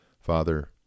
father